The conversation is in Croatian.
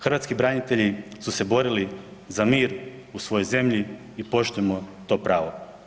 Hrvatski branitelji su se borili za mir u svojoj zemlji i poštujmo to pravo.